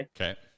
Okay